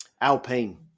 Alpine